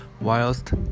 whilst